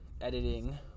editing